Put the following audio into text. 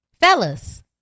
Fellas